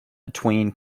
between